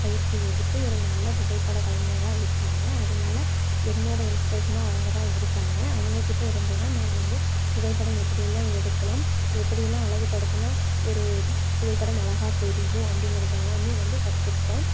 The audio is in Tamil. பயிற்சி எடுத்து ஒரு நல்ல புகைப்படம் கலைஞராக இருக்காங்க அதனால என்னோடய இன்ஸ்பிரேஷனாக அவங்க தான் இருக்காங்க அவங்கக்கிட்ட இருந்து தான் நான் வந்து புகைப்படம் எப்படிலாம் எடுக்கலாம் எப்படிலாம் அழகுபடுத்துனால் ஒரு புகைப்படம் அழகாக தெரியும் அப்படிங்கிறது எல்லாமே வந்து கற்றுக்கிட்டேன்